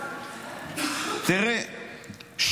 תראה,